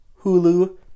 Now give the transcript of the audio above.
Hulu